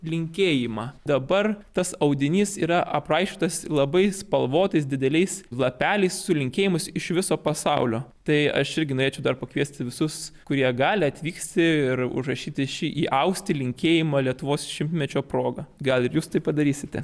linkėjimą dabar tas audinys yra apraišiotas labai spalvotais dideliais lapeliais su linkėjimais iš viso pasaulio tai aš irgi norėčiau dar pakviesti visus kurie gali atvykti ir užrašyti šį įausti linkėjimą lietuvos šimtmečio proga gal ir jūs tai padarysite